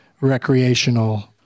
recreational